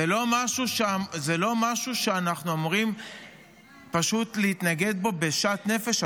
זה לא משהו שאנחנו אמורים פשוט להתנגד לו בשאט נפש?